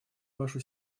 вашу